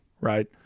right